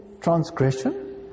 transgression